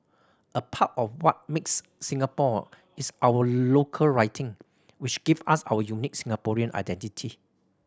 a part of what makes Singaporean is our local writing which give us our unique Singaporean identity